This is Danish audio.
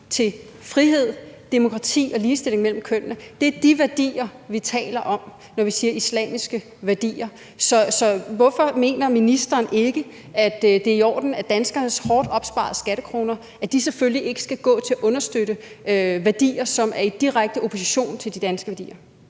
til frihed, demokrati og ligestilling mellem kønnene. Det er de værdier, vi taler om, når vi siger islamiske værdier. Så hvorfor mener ministeren ikke, at det er i orden, at danskernes hårdt opsparede skattekroner selvfølgelig ikke skal gå til at understøtte værdier, som er i direkte opposition til de danske værdier?